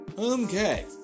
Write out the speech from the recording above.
Okay